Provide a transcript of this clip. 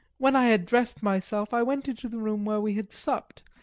when i had dressed myself i went into the room where we had supped,